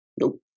Nope